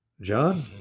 John